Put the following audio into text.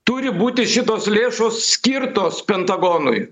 turi būti šitos lėšos skirtos pentagonui